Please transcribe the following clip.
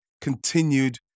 continued